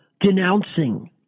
denouncing